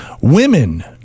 women